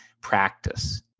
practice